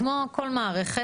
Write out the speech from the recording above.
כמו כל מערכת.